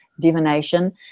divination